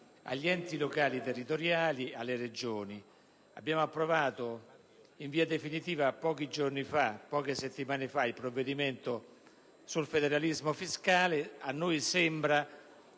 gli enti locali territoriali e per le Regioni. Abbiamo approvato in via definitiva poche settimane fa il provvedimento sul federalismo fiscale e a noi sembra